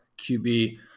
QB